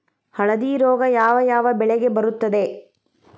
ಹಳದಿ ರೋಗ ಯಾವ ಯಾವ ಬೆಳೆಗೆ ಬರುತ್ತದೆ?